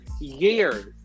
years